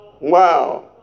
Wow